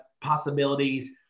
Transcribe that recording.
possibilities